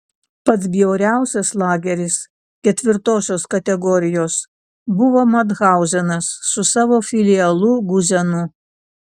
pats bjauriausias lageris ketvirtosios kategorijos buvo mathauzenas su savo filialu guzenu